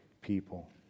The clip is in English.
people